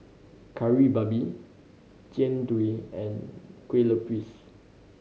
Kari Babi Jian Dui and Kueh Lupis